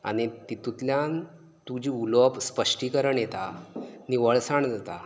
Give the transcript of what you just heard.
आनी तितूंतल्यान तुजें उलोवप स्पश्टीकरण येता निवळसाण जाता